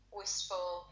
wistful